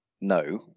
no